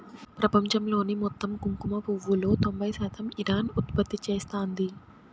ప్రపంచంలోని మొత్తం కుంకుమ పువ్వులో తొంబై శాతం ఇరాన్ ఉత్పత్తి చేస్తాంది